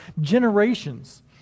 generations